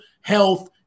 health